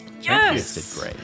yes